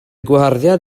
gwaharddiad